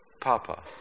papa